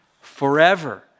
forever